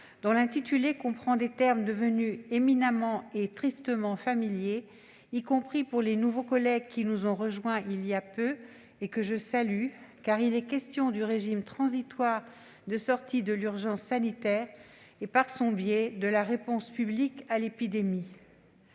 dont l'intitulé comprend des termes devenus éminemment et tristement familiers, y compris pour les nouveaux collègues qui nous ont rejoints il y a peu, et que je salue. En effet, il est question du régime transitoire de sortie de l'urgence sanitaire et, par son biais, de la réponse publique à l'épidémie.